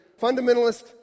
fundamentalist